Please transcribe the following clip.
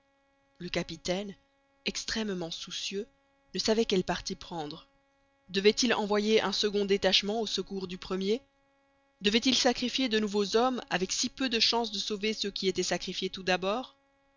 le capitaine extrêmement soucieux ne savait quel parti prendre devait-il envoyer un second détachement au secours du premier devait-il sacrifier de nouveaux hommes avec si peu de chances de sauver ceux qui étaient sacrifiés tout d'abord